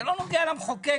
זה לא נוגע למחוקק.